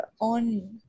on